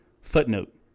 Footnote